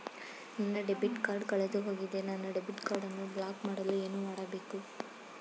ನನ್ನ debit card ಕಳೆದುಹೋಗಿದೆ ನನ್ನ ಡೆಬಿಟ್ ಕಾರ್ಡ್ ಅನ್ನು ಬ್ಲಾಕ್ ಮಾಡಲು ಏನು ಮಾಡಬೇಕು?